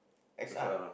X_R